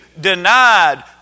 denied